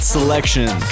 Selection